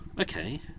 okay